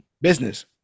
business